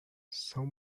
some